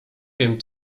wiem